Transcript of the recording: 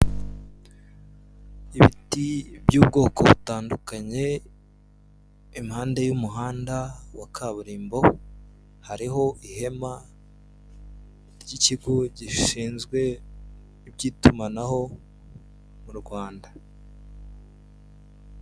Ibiti by'ubwoko butandukanye impande y'umuhanda wa kaburimbo, hariho ihema ry'ikigo gishinzwe iby'itumanaho mu Rwanda.